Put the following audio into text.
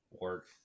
work